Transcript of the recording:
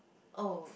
oh